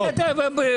התשובה היא לא.